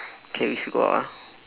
okay we should go out ah